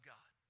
God